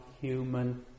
human